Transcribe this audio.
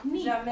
Jamais